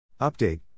Update